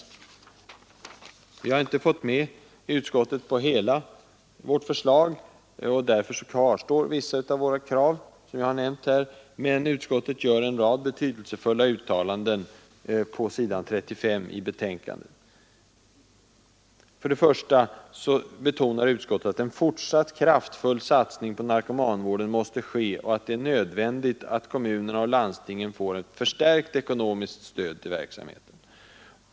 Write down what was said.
Vi från folkpartiet har inte fått med utskottet på hela vårt förslag, och därför kvarstår vissa av våra krav — som jag har nämnt här — men utskottet gör en rad betydelsefulla uttalanden på s. 35 i betänkandet. Där betonar utskottet att ”en fortsatt kraftfull satsning på narkomanvården måste ske och att det är nödvändigt att kommunerna och landstingen erhåller ett förstärkt ekonomiskt stöd till verksamheten.